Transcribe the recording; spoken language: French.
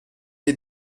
les